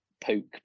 poke